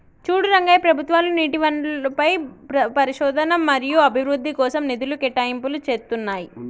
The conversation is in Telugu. చూడు రంగయ్య ప్రభుత్వాలు నీటి వనరులపై పరిశోధన మరియు అభివృద్ధి కోసం నిధులు కేటాయింపులు చేతున్నాయి